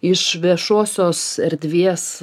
iš viešosios erdvės